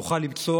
נוכל למצוא,